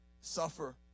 suffer